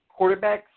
quarterbacks